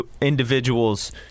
individuals